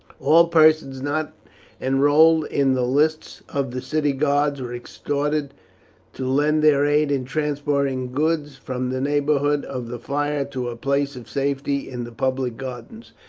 all persons not enrolled in the lists of the city guards were exhorted to lend their aid in transporting goods from the neighbourhood of the fire to a place of safety in the public gardens,